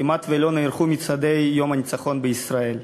כמעט לא נערכו מצעדי יום הניצחון בישראל.